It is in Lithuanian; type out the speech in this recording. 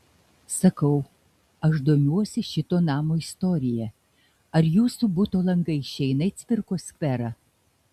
sakau aš domiuosi šito namo istorija ar jūsų buto langai išeina į cvirkos skverą